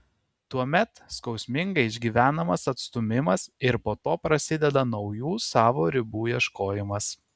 tuomet skausmingai išgyvenamas atstūmimas ir po to prasideda naujų savo ribų ieškojimas